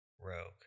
Rogue